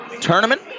Tournament